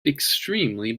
extremely